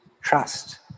trust